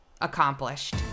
accomplished